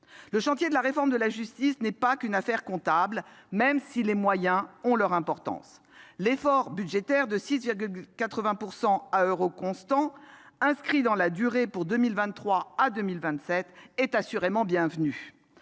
Le chantier de la réforme de la justice n'est pas qu'une affaire comptable, même si les moyens ont leur importance. L'effort budgétaire, de 6,80 % à euros constants, inscrit dans la durée pour les années 2023 à 2027, est assurément bienvenu.